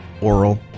oral